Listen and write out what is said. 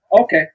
Okay